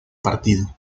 partido